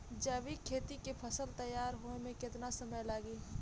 जैविक खेती के फसल तैयार होए मे केतना समय लागी?